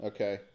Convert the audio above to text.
Okay